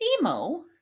Emo